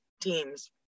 teams